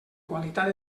qualitat